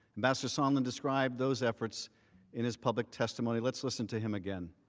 ambassador sondland describe those efforts and his public testimony. let's listen to him again.